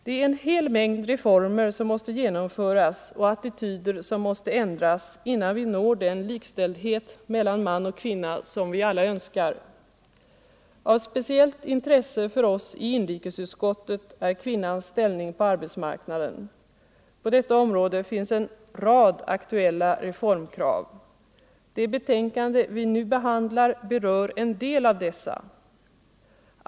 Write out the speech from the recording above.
Det är en hel mängd reformer som måste genomföras och attityder som måste ändras innan vi har den likställdhet mellan man och kvinna som vi alla önskar. Av speciellt intresse för oss i inrikesutskottet är kvinnans ställning på arbetsmarknaden. På detta område finns en rad aktuella reformkrav. Det betänkande vi nu behandlar berör en del av dessa.